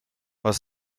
was